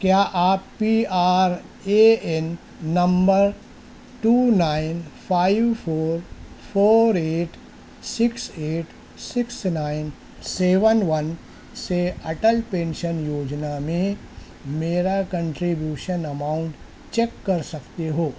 کیا آپ P R A N number two nine five four four eight six eight six nine seven one سے Atal pension یوجنا میں میرا کنٹریبیوشن اماؤنٹ چیک کر سکتے ہو